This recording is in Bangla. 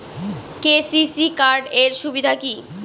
কে.সি.সি কার্ড এর সুবিধা কি?